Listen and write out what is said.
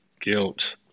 guilt